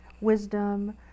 wisdom